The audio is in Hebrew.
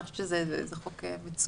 אני חושבת שזה חוק מצוין.